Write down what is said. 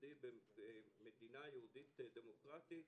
לימודי במדינה יהודית דמוקרטית,